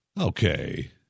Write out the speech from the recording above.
okay